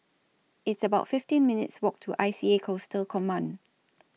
It's about fifteen minutes' Walk to I C A Coastal Command